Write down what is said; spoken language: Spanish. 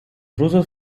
rusos